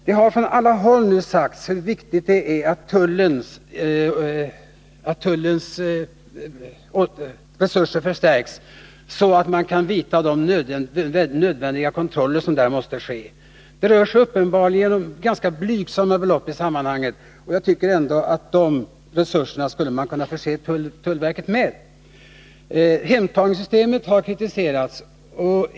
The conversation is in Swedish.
Det har från alla håll framhållits hur viktigt det är att tullens resurser förstärks, så att nödvändig kontroll kan ske. Det rör sig uppenbarligen om ganska blygsamma belopp, och jag tycker att man skulle kunna förse tullverket med de resurserna. Hemtagningssystemet har kritiserats.